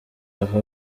aho